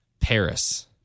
Paris